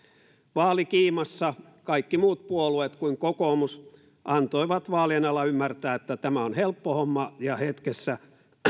vaalikiimassa kaikki muut puolueet kuin kokoomus antoivat vaalien alla ymmärtää että tämä on helppo homma ja hetkessä